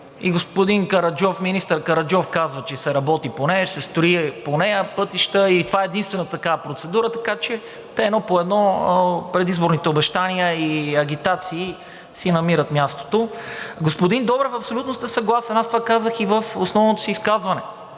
Като гледам и министър Караджов казва, че се работи по нея – ще се строят по нея пътища, и това е единствената такава процедура, така че те едно по едно предизборните обещания и агитации си намират мястото. Господин Добрев, абсолютно съм съгласен, аз това казах и в основното си изказване.